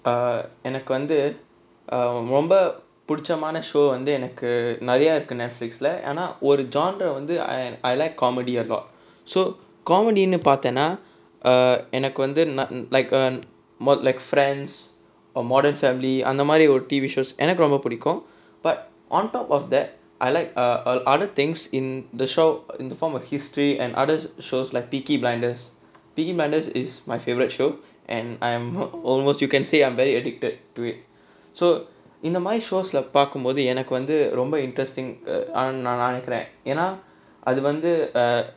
err enakku வந்து ரொம்ப புடிச்சமான:enakku vanthu romba pudichamaana show வந்து எனக்கு நிறையா இருக்கு:vanthu enakku niraiyaa irukku Netflix leh ஏனா ஒரு:yaenaa oru genre வந்து:vanthu I I like comedy a lot so comedy பாத்தேனா:paathaenaa err எனக்கு வந்து:enakku vanthu err like like err friends a modern family அந்தமாரி ஒரு:anthamaari oru T_V shows எனக்கு ரொம்ப புடிக்கும்:enakku romba pudikkum but on top of that I like err err o- other things in the shop in the form of history and others shows like picky blinders picky blinders is my favourite show and I'm almost you can say I'm very addicted to it so இந்தமாரி:inthamaari shows lah பாக்கும்போது எனக்கு வந்து ரொம்ப:paakkumpothu enakku vanthu romba interesting ah நா நினைக்கிறன் ஏன்னா அது வந்து:naa ninaikkuraen yaenna athu vanthu err